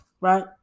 right